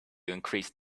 increased